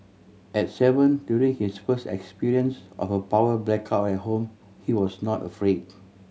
at seven during his first experience of a power blackout at home he was not afraid